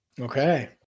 Okay